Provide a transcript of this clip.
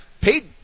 Paid